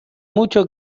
mucho